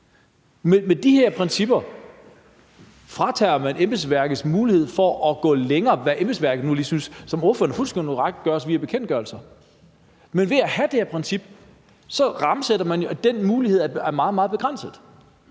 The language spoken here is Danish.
Med de her principper fratager man embedsværket muligheden for at gå længere, i forhold til hvad embedsværket nu lige synes. Og som ordføreren siger fuldstændig korrekt, gøres det via bekendtgørelser. Men ved at have det her princip rammesætter man jo, at den mulighed er meget, meget begrænset.